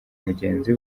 mugenzi